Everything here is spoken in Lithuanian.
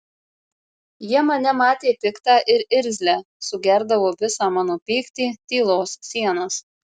jie mane matė piktą ir irzlią sugerdavo visą mano pyktį tylos sienas